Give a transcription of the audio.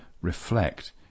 reflect